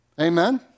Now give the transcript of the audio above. Amen